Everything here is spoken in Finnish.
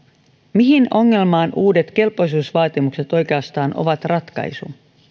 mihin ongelmaan uudet kelpoisuusvaatimukset oikeastaan ovat ratkaisu